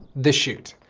the shoot.